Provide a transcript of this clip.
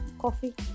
Coffee